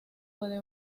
puede